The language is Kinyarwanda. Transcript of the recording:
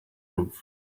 rupfu